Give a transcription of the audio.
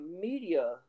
media